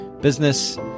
business